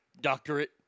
doctorate